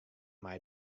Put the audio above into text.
mei